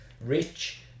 rich